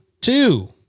Two